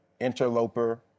interloper